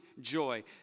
joy